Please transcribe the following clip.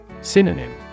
Synonym